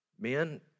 Men